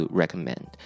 recommend